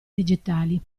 digitali